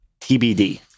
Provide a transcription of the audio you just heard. TBD